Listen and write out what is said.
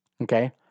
okay